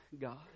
God